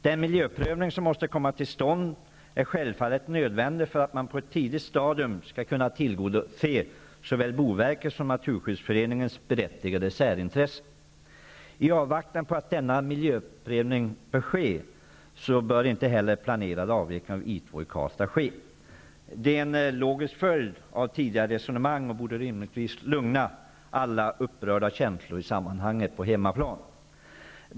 Den miljöprövning som måste komma till stånd är självfallet nödvändig för att man på ett tidigt stadium skall kunna tillgodose såväl Boverkets som Naturskyddsföreningens berättigade särintresse. I avvaktan på att denna miljöprövning görs bör inte heller planering av en avveckling av I 2 i Karlstad ske. Det är en logisk följd av tidigare resonemang, och borde rimligtvis i sammanhanget lugna alla upprörda känslor på hemmaplan.